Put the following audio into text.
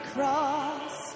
cross